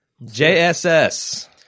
JSS